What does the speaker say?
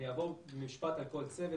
אני אעבור במשפט על כל צוות.